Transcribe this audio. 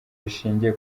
rishingiye